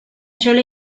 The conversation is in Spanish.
chole